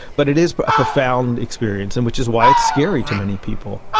but it is but a profound experience, and which is why it's scary to many people.